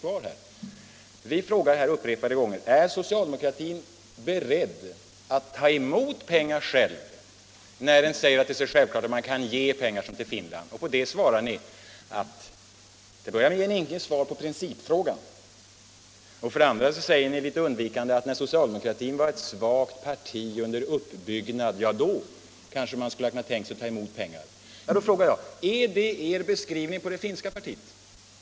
Vi frågar upprepade gånger: Är socialdemokraterna beredda ta emot pengar själva när de säger att det är självklart att kunna ge pengar till exempelvis Finland? Till en början ger ni inget svar på principfrågan, och sedan säger ni litet undvikande att när socialdemokratin var ett svagt parti under uppbyggnad, då skulle ni ha kunnat tänka er ta emot pengar. Då frågar jag: Är detta er beskrivning på det finska partiet?